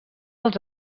als